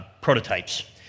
prototypes